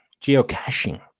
geocaching